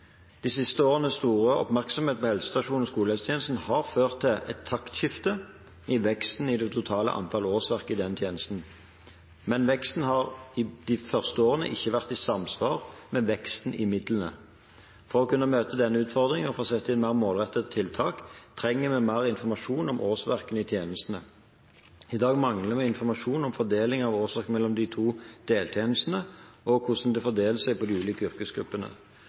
De siste årenes store oppmerksomhet på helsestasjons- og skolehelsetjenesten har ført til et taktskifte i veksten i det totale antall årsverk i denne tjenesten, men veksten har i de første årene ikke vært i samsvar med veksten i midlene. For å kunne møte denne utfordringen og for å sette inn mer målrettede tiltak trenger vi mer informasjon om årsverkene i tjenestene. I dag mangler vi informasjon om fordelingen av årsverk mellom de to deltjenestene og hvordan det fordeler seg på de ulike